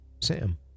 Sam